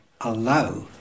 allow